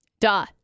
Duh